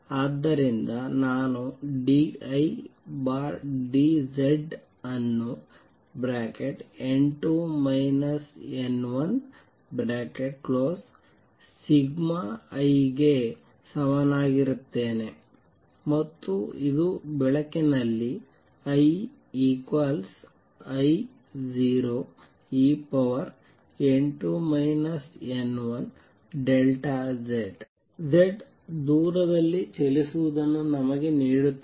ಆದ್ದರಿಂದ ನಾನು d I d Z ಅನ್ನು n2 n1σIಗೆ ಸಮನಾಗಿರುತ್ತೇನೆ ಮತ್ತು ಇದು ಬೆಳಕಿನಲ್ಲಿ I I0en2 n1σZ Z ದೂರದಲ್ಲಿ ಚಲಿಸುವುದನ್ನು ನಮಗೆ ನೀಡುತ್ತದೆ